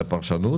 לפרשנות